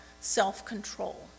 self-control